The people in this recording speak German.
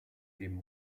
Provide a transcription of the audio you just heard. dem